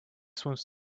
swims